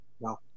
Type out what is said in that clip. No